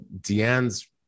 Deanne's